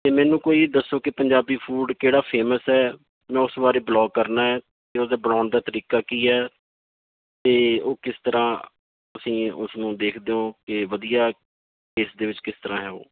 ਅਤੇ ਮੈਨੂੰ ਕੋਈ ਦੱਸੋ ਕਿ ਪੰਜਾਬੀ ਫੂਡ ਕਿਹੜਾ ਫੇਮਸ ਹੈ ਮੈਂ ਉਸ ਬਾਰੇ ਬਲੋਗ ਕਰਨਾ ਅਤੇ ਉਹਦੇ ਬਣਾਉਣ ਦਾ ਤਰੀਕਾ ਕੀ ਹੈ ਅਤੇ ਉਹ ਕਿਸ ਤਰ੍ਹਾਂ ਅਸੀਂ ਉਸਨੂੰ ਦੇਖਦੇ ਹੋ ਕਿ ਵਧੀਆ ਇਸ ਦੇ ਵਿੱਚ ਕਿਸ ਤਰ੍ਹਾਂ ਆ ਉਹ